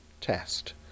test